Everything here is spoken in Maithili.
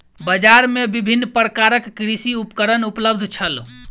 बजार में विभिन्न प्रकारक कृषि उपकरण उपलब्ध छल